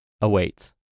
awaits